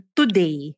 today